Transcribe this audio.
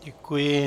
Děkuji.